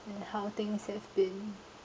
and how things have been